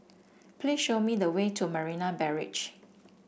please show me the way to Marina Barrage